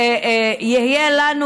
ויהיה לנו